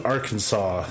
Arkansas